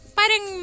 parang